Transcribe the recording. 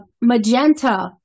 magenta